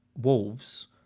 Wolves